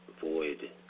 void